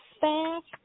fast